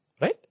Right